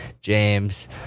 James